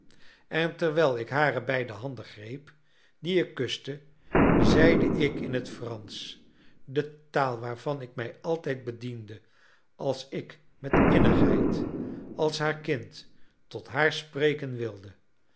en terwijl ik hare beide handen greep die ik kuste zeide ik in het fransch de taal waarvan ik mij altijd bediende als ik met innigheid als haar kind tot haar spreken wilde